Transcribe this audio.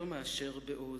יותר מאשר בעוז.